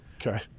Okay